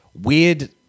weird